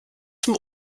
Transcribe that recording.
zum